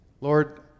Lord